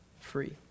free